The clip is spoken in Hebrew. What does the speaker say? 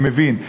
אני מבין,